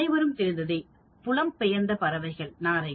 அனைவருக்கும் தெரிந்ததே புலம்பெயர்ந்த பறவைகள்